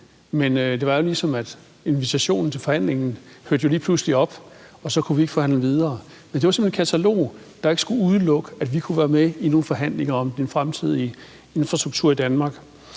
men det var sådan, at invitationen til forhandlingen pludselig ikke gjaldt mere, og så kunne vi ikke forhandle videre. Men det var simpelt hen et katalog, der ikke skulle udelukke, at vi kunne være med i nogle forhandlinger om den fremtidige infrastruktur i Danmark.